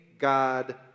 God